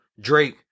drake